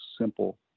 simple